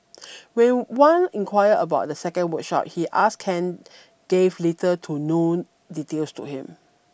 when Wan inquired about the second workshop he ask Ken gave little to none details to him